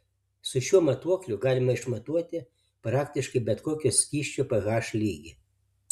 su šiuo matuokliu galima išmatuoti praktiškai bet kokio skysčio ph lygį